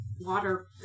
water